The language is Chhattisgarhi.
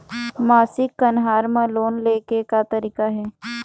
मासिक कन्हार म लोन ले के का तरीका हे?